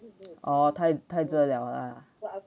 oh 太太太热了啊